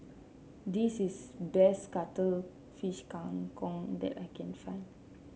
this is best Cuttlefish Kang Kong that I can find